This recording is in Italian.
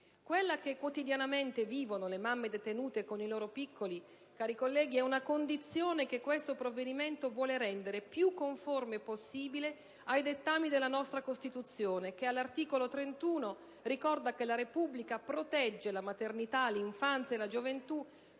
Quella che quotidianamente vivono le mamme detenute con i loro piccoli, cari colleghi, è una condizione che questo provvedimento vuole rendere più conforme possibile ai dettami della nostra Costituzione, che all'articolo 31 ricorda che la Repubblica «protegge la maternità, l'infanzia e la gioventù,